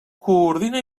coordina